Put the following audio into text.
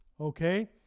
Okay